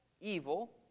evil